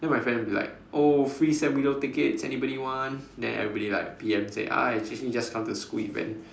then my friend will be like oh free sam willows ticket anybody want then everybody like P_M said ah actually you just come to school event